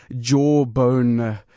jawbone